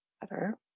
better